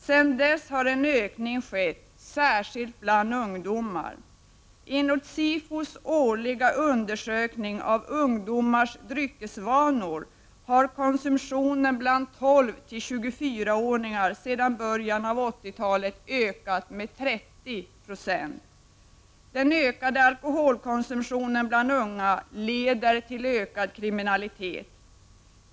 Sedan dess har en ökning skett, särskilt bland ungdomar. Enligt SIFO:s årliga undersökning av ungdomars dryckesvanor har konsumtionen bland 12-24-åringar sedan början av 1980 talet ökat med 30 96. Den ökade alkoholkonsumtionen bland unga leder till ökad kriminalitet.